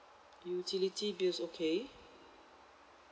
utility bills okay